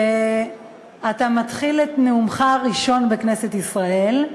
שאתה מתחיל את נאומך הראשון בכנסת ישראל,